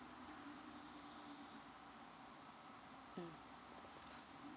mm